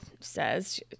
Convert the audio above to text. says